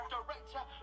director